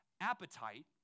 appetite